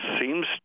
seems